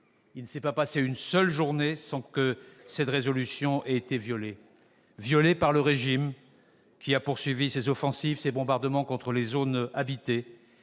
il ne s'est pas passé une seule journée sans que cette résolution ait été violée par le régime, qui a poursuivi ses offensives et ses bombardements contre les zones habitées.